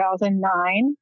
2009